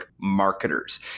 marketers